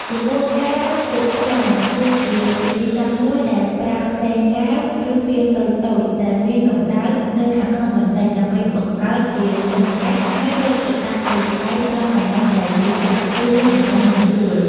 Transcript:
ចំពោះការជប់ខ្យល់ គឺជាវិធីសាស្ត្រមួយដែលប្រើពែងកែវ ឬពាងតូចៗដែលមានកម្ដៅនៅខាងក្នុងបន្តិច ដើម្បីបង្កើតជាសុញ្ញាកាស ហើយយកទៅដាក់លើស្បែកត្រង់កន្លែងដែលឈឺចាប់ ឬមានអារម្មណ៍មិនស្រួល។